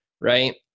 Right